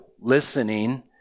Listening